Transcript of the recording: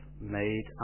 made